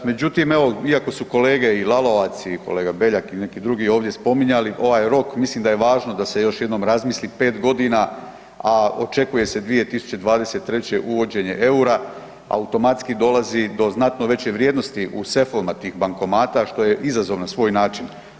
Međutim, evo iako su kolege i Lalovac, i kolega Beljak i neki drugi ovdje spominjali ovaj rok mislim da je važno da se još jednom razmisli 5 godina, a očekuje se 2023. uvođenje eura automatski dolazi do znatno veće vrijednosti u sefovima tih bankomata što je izazov na svoj način.